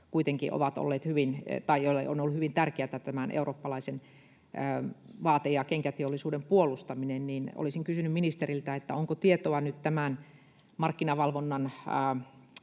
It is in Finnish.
designtalotkin, joille on ollut hyvin tärkeätä eurooppalaisen vaate- ja kenkäteollisuuden puolustaminen. Olisin kysynyt ministeriltä: onko tietoa nyt tämän markkinavalvonnan